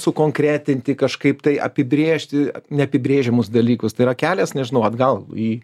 sukonkretinti kažkaip tai apibrėžti neapibrėžiamus dalykus tai yra kelias nežinau atgal į